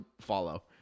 follow